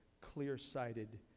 clear-sighted